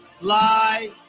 lie